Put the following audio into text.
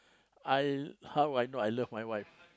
I how I know I love my wife